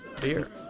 Beer